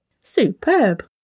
Superb